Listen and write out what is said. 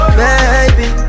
baby